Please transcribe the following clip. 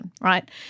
right